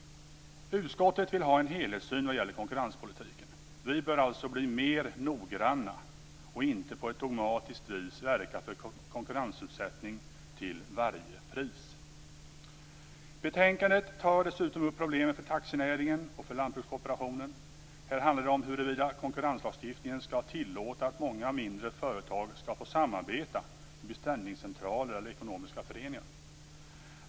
Utskottet vill ha en helhetssyn när det gäller konkurrenspolitiken. Vi bör alltså bli mer noggranna och inte på ett dogmatiskt vis verka för konkurrensutsättning till varje pris. Betänkandet tar dessutom upp problemen för taxinäringen och lantbrukskooperationen. Här handlar det om huruvida konkurrenslagstiftningen skall tillåta att många mindre företag skall få samarbeta i beställningscentraler eller ekonomiska föreningar.